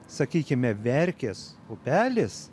sakykime verkės upelis